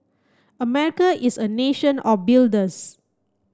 America is a nation of builders